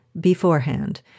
beforehand